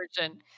version